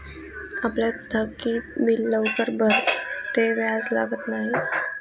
आपलं थकीत बिल लवकर भरं ते व्याज लागत न्हयी